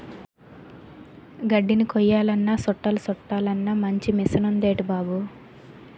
గడ్దిని కొయ్యాలన్నా సుట్టలు సుట్టలన్నా మంచి మిసనుందేటి బాబూ